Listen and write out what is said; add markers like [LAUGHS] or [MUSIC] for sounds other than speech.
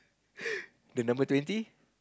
[LAUGHS] the number twenty